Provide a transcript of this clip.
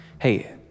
Hey